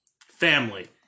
family